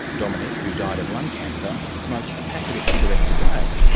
dominic, who died of lung cancer, smoked a packet of cigarettes a day.